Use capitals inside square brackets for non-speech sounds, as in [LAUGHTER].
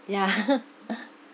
ya [LAUGHS]